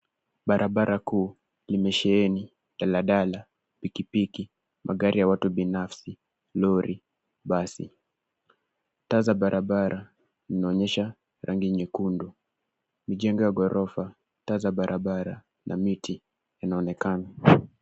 Barabaraba kuu imesheheni daladala pikipiki magari ya watu binafsi, lori, basi. Taa za barabara, inaonyesha rangi nyekundu. Mijengo ya ghorofa, taa za barabara na miti inaonekana.